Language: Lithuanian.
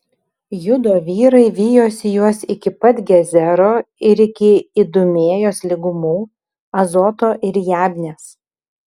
judo vyrai vijosi juos iki pat gezero ir iki idumėjos lygumų azoto ir jabnės